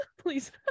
please